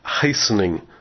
hastening